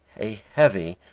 a heavy,